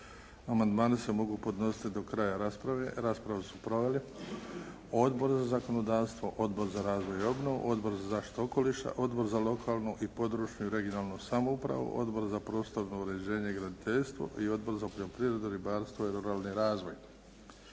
Amandmani se mogu podnositi do kraja rasprave. Raspravu su proveli Odbor za zakonodavstvo, Odbor za razvoj i obnovu, Odbor za zaštitu okoliša, Odbor za lokalnu i područnu i regionalnu samoupravu, Odbor za prostorno uređenje i graditeljstvo i Odbor za poljoprivredu, ribarstvo i ruralni razvoj.